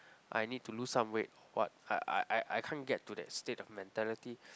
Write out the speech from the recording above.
I need to lose some weight what I I I I can't get to that state of mentality